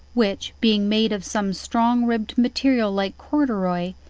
which, being made of some strong ribbed material like corduroy,